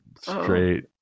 straight